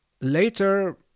Later